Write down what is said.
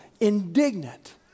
indignant